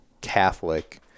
Catholic